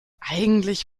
eigentlich